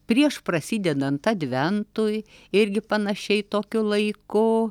prieš prasidedant adventui irgi panašiai tokiu laiku